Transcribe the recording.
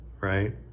right